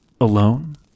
Alone